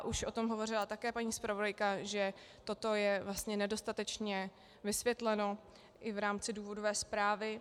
Už o tom hovořila také paní zpravodajka, že toto je nedostatečně vysvětleno i v rámci důvodové zprávy.